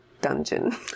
dungeon